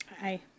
Hi